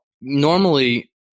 Normally